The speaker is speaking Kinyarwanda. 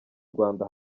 rwanda